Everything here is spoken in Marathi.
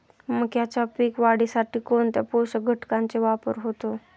मक्याच्या पीक वाढीसाठी कोणत्या पोषक घटकांचे वापर होतो?